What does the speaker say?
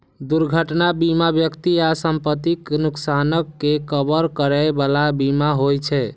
दुर्घटना बीमा व्यक्ति आ संपत्तिक नुकसानक के कवर करै बला बीमा होइ छे